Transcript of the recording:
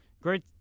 Great